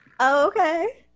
Okay